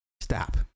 stop